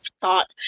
thought